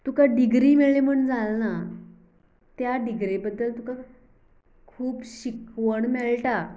तुका डिग्री मेळ्ळी म्हूण जालें ना त्या डिग्रे बद्दल तुका खुबशी शिकवण मेळटा